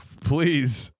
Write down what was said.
please